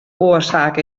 oarsaak